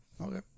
Okay